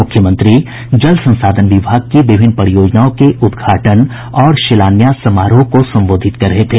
मुख्यमंत्री जल संसाधन विभाग की विभिन्न परियोजनाओं के उद्घाटन और शिलान्यास समारोह को संबोधित कर रहे थे